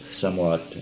somewhat